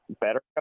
better